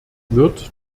wird